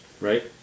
Right